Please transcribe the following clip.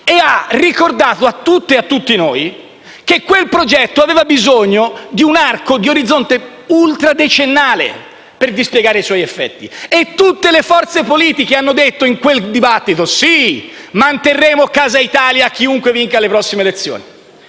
e ha ricordato a tutte e a tutti noi che quel progetto aveva bisogno di un orizzonte temporale ultradecennale per dispiegare i suoi affetti. Tutte le forze politiche hanno detto in quel dibattito: sì, manterremo Casa Italia chiunque vinca le prossime elezioni.